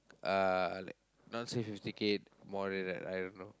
uh like not say fifty K more real right I don't know